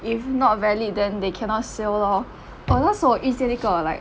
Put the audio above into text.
if not valid then they cannot sail lor because 我遇见一个 like